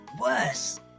worse